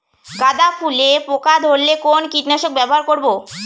গাদা ফুলে পোকা ধরলে কোন কীটনাশক ব্যবহার করব?